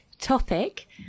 topic